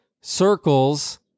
circles